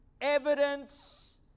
Evidence